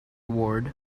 ward